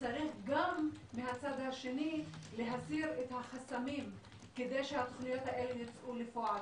צריך גם מהצד השני להסיר את החסמים כדי שהתוכניות האלה ייצאו לפועל.